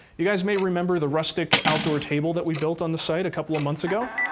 you guys may remember the rustic, outdoor table that we built on the site a couple of months ago?